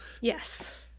Yes